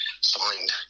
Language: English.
signed